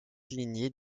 lignées